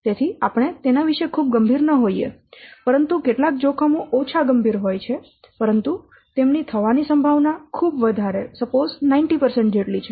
તેથી આપણે તેના વિશે ખૂબ ગંભીર ન હોઈએ પરંતુ કેટલાક જોખમો ઓછા ગંભીર હોય છે પરંતુ તેમની થવાની સંભાવના ખૂબ વધારે છે 90 જેટલી છે